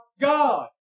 God